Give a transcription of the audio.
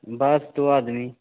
बस दो आदमी